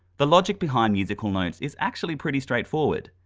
the logic behind musical notes is actually pretty straightforward.